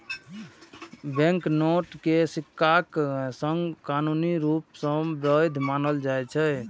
banknote कें सिक्काक संग कानूनी रूप सं वैध मानल जाइ छै